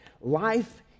life